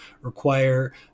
require